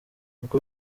uko